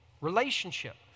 relationship